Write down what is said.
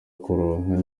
kuronka